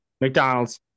McDonald's